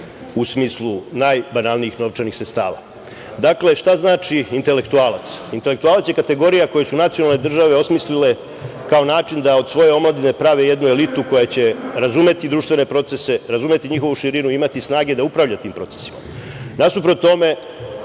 u smislu najbanalnijih novčanih sredstava. Dakle, šta znači intelektualac? Intelektualac je kategorija koju su nacionalne države osmislile kao način da od svoje omladine prave jednu elitu koja će razumeti društvene procese, razumeti njihovu širinu, imati snage da upravlja tim procesima. Nasuprot tome